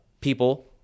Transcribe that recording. people